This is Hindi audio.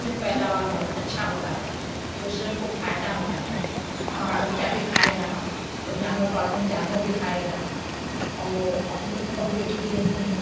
जो पैदाबार अच्छा होता है तो उससे हमको फायदा होता है हमारा बच्चा भी खाएगा और जानवर पालते हैं जानवर भी खाएगा और अपने बहू बेटी की देती हूँ